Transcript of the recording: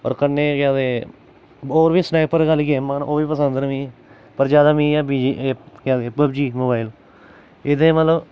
होर कन्नै केह् आखदे होर बी सनाइपर आह्लियां गेमां न ओह् बी पसंद न मि पर ज्यादा मी ऐ बीजी केह् आखदे पबजी मोबाइल एह्दे च मतलब